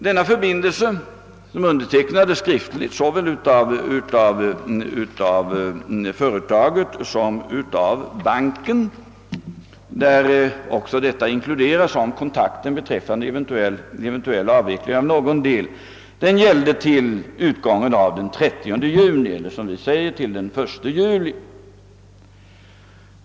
Denna förbindelse, som undertecknades såväl av företaget som av banken och som innefattade detta krav på kontakt vid en eventuell avveckling av någon del av företaget, gällde till den 1 juli.